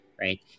right